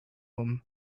him